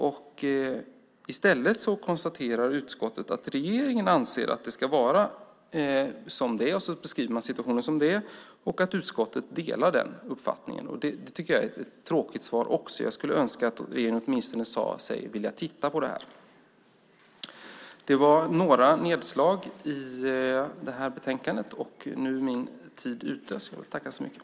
I stället konstaterar utskottet att regeringen anser att det ska vara som det är, och så beskriver man situationen som den är och att utskottet delar den uppfattningen. Det tycker jag också är ett tråkigt svar. Jag skulle önska att regeringen åtminstone sade sig vilja titta på det här. Det var några nedslag i det här betänkandet.